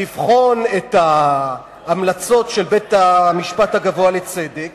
לבחון את ההמלצות של בית-המשפט הגבוה לצדק